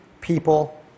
people